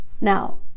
now